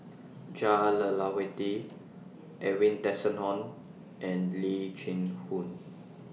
Jah Lelawati Edwin Tessensohn and Lee Chin Koon